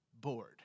bored